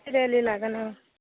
सिरियेलयै लागोन औ